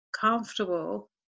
comfortable